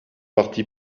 parti